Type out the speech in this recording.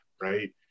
right